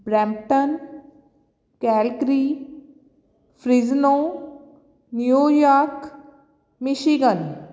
Brampton Calgary fresno New York michigan